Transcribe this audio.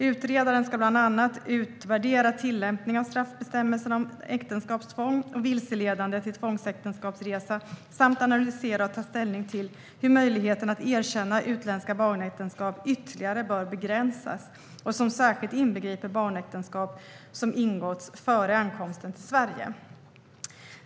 Utredaren ska bland annat utvärdera tillämpningen av straffbestämmelserna om äktenskapstvång och vilseledande till tvångsäktenskapsresa samt analysera och ta ställning till hur möjligheten att erkänna utländska barnäktenskap ytterligare bör begränsas, särskilt beträffande barnäktenskap som ingåtts före ankomsten till Sverige.